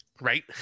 Right